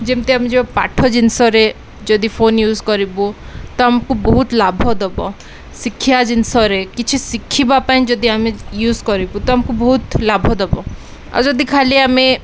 ଯେମିତି ଆମେ ଯେଉଁ ପାଠ ଜିନିଷରେ ଯଦି ଫୋନ ୟୁଜ୍ କରିବୁ ତ ଆମକୁ ବହୁତ ଲାଭ ଦବ ଶିକ୍ଷା ଜିନିଷରେ କିଛି ଶିଖିବା ପାଇଁ ଯଦି ଆମେ ୟୁଜ୍ କରିବୁ ତ ଆମକୁ ବହୁତ ଲାଭ ଦବ ଆଉ ଯଦି ଖାଲି ଆମେ